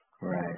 Right